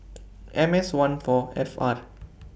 M S one four F R